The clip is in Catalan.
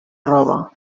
roba